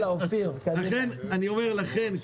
לכן,